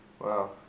Wow